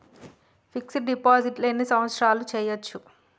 Fix డ్ deposit ఎన్ని సంవత్సరాలు చేయచ్చు?